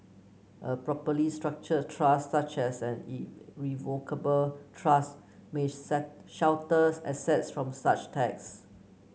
a properly structured trust such as an irrevocable trust may set shelter assets from such tax